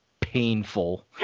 painful